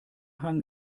hang